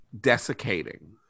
desiccating